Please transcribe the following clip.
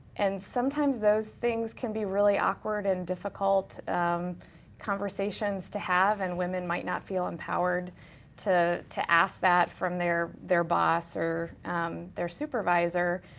and sometimes those things can be really awkward and difficult conversations to have and women might not feel empowered to to ask that from their their boss or their supervisor.